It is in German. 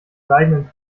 seidenen